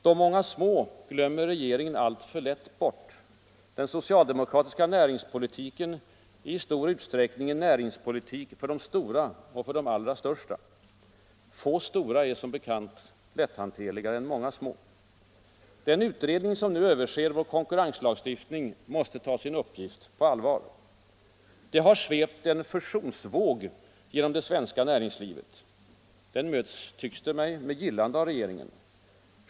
De många små glömmer regeringen alltför lätt bort. Den socialdemokratiska näringspolitiken är i stor utsträckning en näringspolitik för de stora och för de allra största. Få stora är som bekant lätthanterligare än många små. Den utredning som nu överser vår konkurrenslagstifning måste ta sin uppgift på allvar. Det har svept en fusionsvåg genom det svenska näringslivet. Den möts — tycks det mig — med gillande av regeringen.